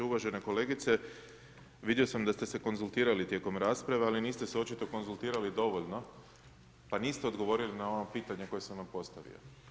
Uvažena kolegice, vidio sam da ste se konzultirali tijekom rasprave, ali niste se očito konzultirali dovoljno pa niste odgovorili na ono pitanje koje sam vam postavio.